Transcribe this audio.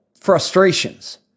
frustrations